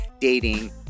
dating